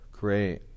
Great